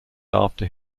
after